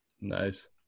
Nice